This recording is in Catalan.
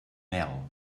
mel